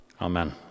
Amen